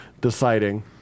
deciding